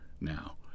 now